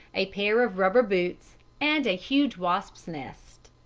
a pair of rubber boots, and a huge wasp's nest.